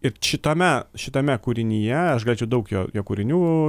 ir šitame šitame kūrinyje aš galėčiau daug jo jo kūrinių